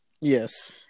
yes